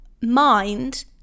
mind